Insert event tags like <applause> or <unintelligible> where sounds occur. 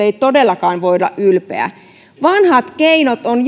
<unintelligible> ei todellakaan voi olla ylpeä vanhat keinot on <unintelligible>